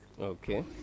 Okay